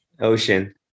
Ocean